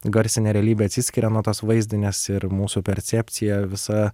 garsinė realybė atsiskiria nuo tos vaizdinės ir mūsų percepcija visa